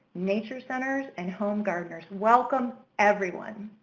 nature centers, and home gardeners. welcome, everyone.